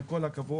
עם כל הכבוד,